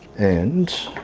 and